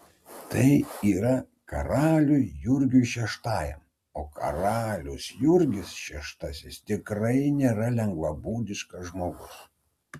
tai yra karaliui jurgiui šeštajam o karalius jurgis šeštasis tikrai nėra lengvabūdiškas žmogus